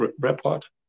report